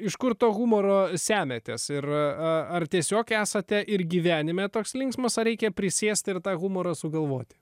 iš kur to humoro semiatės ir a ar tiesiog esate ir gyvenime toks linksmas ar reikia prisėst ir tą humorą sugalvoti